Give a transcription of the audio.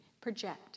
project